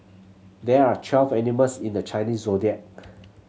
there are twelve animals in the Chinese Zodiac